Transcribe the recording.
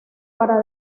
para